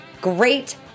Great